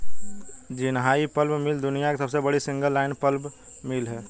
Jinhai pulp mill दुनिया की सबसे बड़ी सिंगल लाइन पल्प मिल है